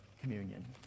communion